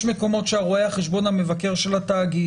יש מקומות שרואה החשבון המבקר של התאגיד